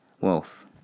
Wealth